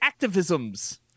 activisms